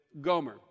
Gomer